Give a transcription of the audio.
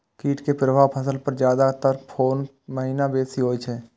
कीट के प्रभाव फसल पर ज्यादा तर कोन महीना बेसी होई छै?